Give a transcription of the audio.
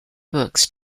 books